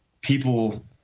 people